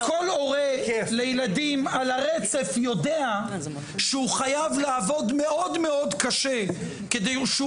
אז כל הורה לילדים על הרצף יודע שהוא חייב לעבוד מאוד מאוד קשה כדי שהוא